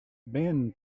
been